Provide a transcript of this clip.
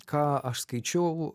ką aš skaičiau